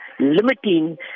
limiting